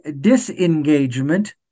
disengagement